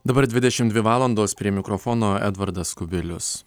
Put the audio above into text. dabar dvidešimt dvi valandos prie mikrofono edvardas kubilius